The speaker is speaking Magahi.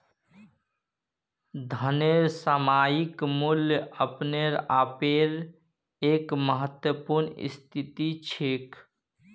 धनेर सामयिक मूल्य अपने आपेर एक महत्वपूर्ण स्थिति छेक